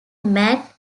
matt